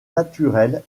naturel